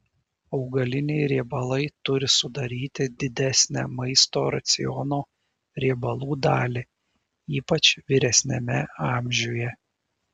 augaliniai riebalai turi sudaryti didesnę maisto raciono riebalų dalį ypač vyresniame amžiuje